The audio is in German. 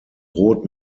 rot